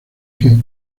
eje